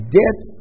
death